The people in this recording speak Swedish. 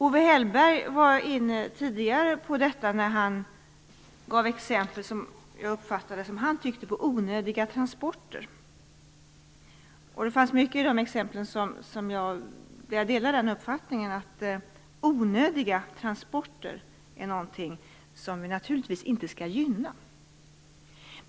Owe Hellberg var inne på detta tidigare, när han - som jag uppfattade det - gav exempel på i hans tycke onödiga transporter. Jag delar uppfattningen att onödiga transporter är något som vi naturligtvis inte skall gynna.